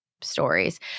stories